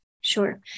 Sure